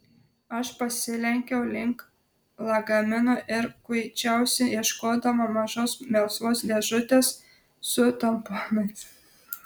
aš pasilenkiau link lagamino ir kuičiausi ieškodama mažos melsvos dėžutės su tamponais